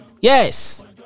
Yes